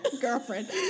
Girlfriend